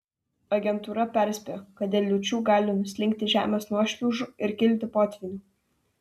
agentūra perspėjo kad dėl liūčių gali nuslinkti žemės nuošliaužų ir kilti potvynių